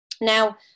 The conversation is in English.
Now